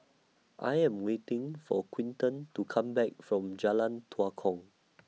I Am waiting For Quinten to Come Back from Jalan Tua Kong